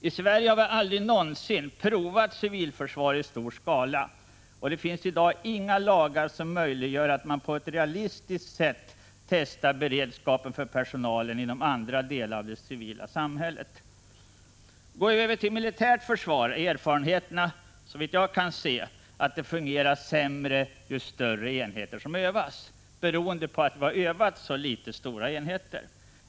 I Sverige har vi aldrig någonsin provat civilförsvaret i stor skala, och det finns i dag inga lagar som möjliggör att man på ett realistiskt sätt testar beredskapen inom andra delar av det civila samhället. Går vi över till militärt försvar är erfarenheterna, såvitt jag kan se, att det fungerar sämre ju större enheter som övas. Det beror på att vi så litet har övat stora enheter.